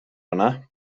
yna